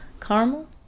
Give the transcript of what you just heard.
caramel